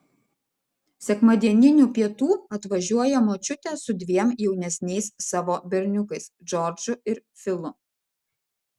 sekmadieninių pietų atvažiuoja močiutė su dviem jaunesniais savo berniukais džordžu ir filu